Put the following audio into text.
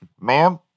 ma'am